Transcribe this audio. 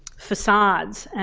facades, and